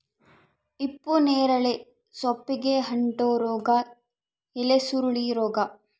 ಹಿಪ್ಪುನೇರಳೆ ಸೊಪ್ಪಿಗೆ ಅಂಟೋ ರೋಗ ಎಲೆಸುರುಳಿ ರೋಗ